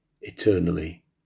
eternally